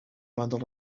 bundle